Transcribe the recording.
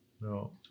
no